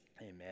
amen